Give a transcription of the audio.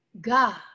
God